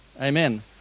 Amen